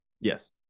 Yes